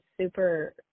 super